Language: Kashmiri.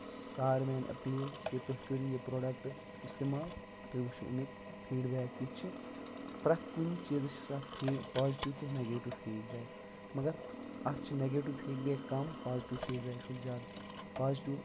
سارنی أپیٖل کہِ تُہۍ کٔرِو یہِ پروڈکٹ اِستعمال تُہۍ وُچھِو امیِکۍ فیٖڈ بیک کِتھ چھِ پرٮ۪تھ کُنہِ چیٖزَس چھُ آسان فیڈ پازٹیو تہِ تہٕ نیگیٹیو فیٖڈ بیک مَگر اَتھ چھِ نیگیٹِو فیٖڈ بیک کَم پازٹیو فیٖڈ بیک چھِس زیادٕ پازٹیو